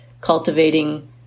cultivating